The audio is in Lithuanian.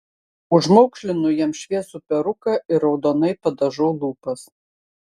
užmaukšlinu jam šviesų peruką ir raudonai padažau lūpas